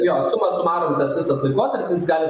jo suma sumarum tas visas laikotarpis gali